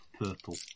purple